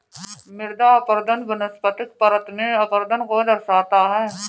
मृदा अपरदन वनस्पतिक परत में अपरदन को दर्शाता है